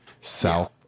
south